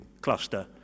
cluster